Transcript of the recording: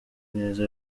ineza